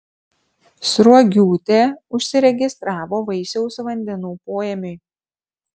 sruogiūtė užsiregistravo vaisiaus vandenų poėmiui